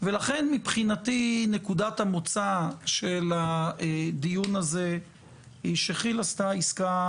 לכן מבחינתי נקודת המוצא של הדיון הזה היא שכי"ל עשתה עסקה